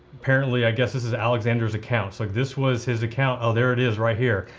apparently i guess this is alexander's accounts, like this was his account. oh, there it is right here.